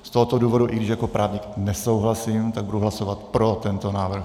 Z tohoto důvodu, i když jako právník nesouhlasím, budu hlasovat pro tento návrh.